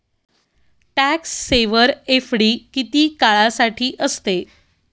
Tax saver FD किती काळासाठी असते?